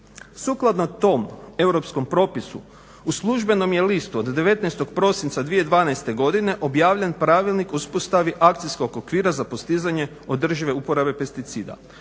Sukladno tom europskom propisu u službenom je listu od 19. prosinca 2012. godine objavljen Pravilnik o uspostavi akcijskog okvira za postizanje održive uporabe pesticida.